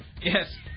Yes